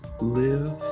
live